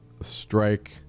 strike